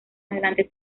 adelante